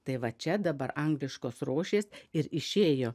tai va čia dabar angliškos rožės ir išėjo